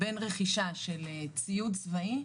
בין רכישה של ציוד צבאי,